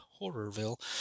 horrorville